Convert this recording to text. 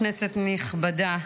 כנסת נכבדה,